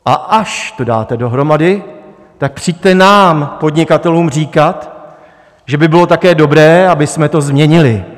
A až to dáte dohromady, tak přijďte nám podnikatelům říkat, že by bylo také dobré, abychom to změnili.